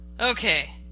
Okay